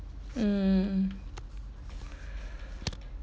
mm